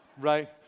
Right